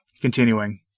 Continuing